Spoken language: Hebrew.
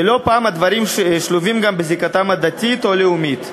ולא פעם הדברים שלובים גם בזיקתם הדתית או הלאומית.